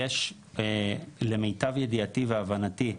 למיטב ידיעתי והבנתי,